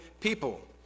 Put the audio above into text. people